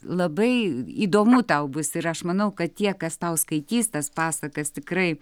labai įdomu tau bus ir aš manau kad tie kas tau skaitys tas pasakas tikrai